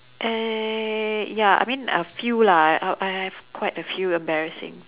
uh ya I mean a few lah I I have quite a few embarrassing